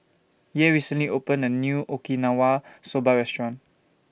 Yair recently opened A New Okinawa Soba Restaurant